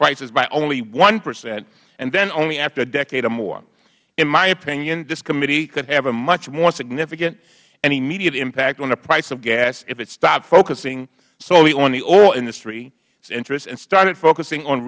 prices by only hpercent and then only after a decade or more in my opinion this committee could have a much more significant and immediate impact on the price of gas if it stopped focusing solely on the oil industry's interest and started focusing on